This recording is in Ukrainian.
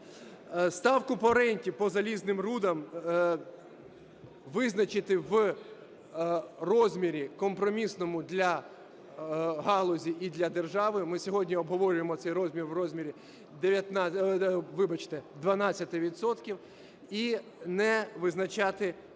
Ставку по ренті по залізним рудам визначити в розмірі компромісному для галузі і для держави. Ми сьогодні обговорюємо цей розмір у розмірі 12 відсотків. І не визначати, не